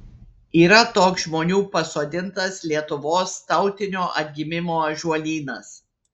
yra toks žmonių pasodintas lietuvos tautinio atgimimo ąžuolynas